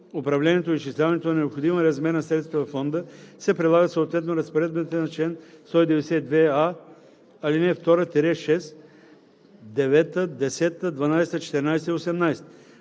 управлението и изчисляването на необходимия размер на средствата във фонда се прилагат съответно разпоредбите на чл. 192а, ал. 2 – 6, 9, 10, 12, 14 и 18.